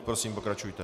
Prosím, pokračujte.